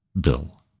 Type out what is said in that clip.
bill